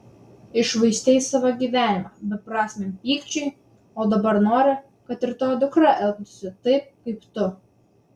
iššvaistei savo gyvenimą beprasmiam pykčiui o dabar nori kad ir tavo dukra elgtųsi taip kaip tu